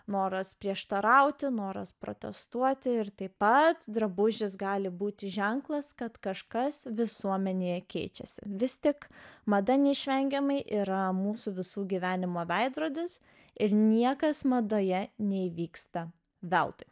noras prieštarauti noras protestuoti ir taip pat drabužis gali būti ženklas kad kažkas visuomenėje keičiasi vis tik mada neišvengiamai yra mūsų visų gyvenimo veidrodis ir niekas madoje neįvyksta veltui